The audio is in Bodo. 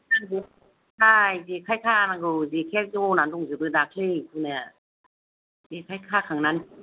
हाय जेखाय खानांगौ जेखाया जनानै दंजोबो दाख्लि गुनाया जेखाय खाखांनानै